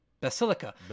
basilica